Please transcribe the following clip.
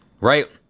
Right